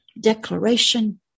declaration